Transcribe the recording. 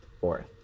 fourth